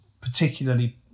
particularly